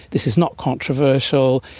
this is not controversial,